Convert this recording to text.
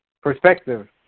perspective